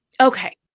Okay